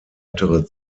weitere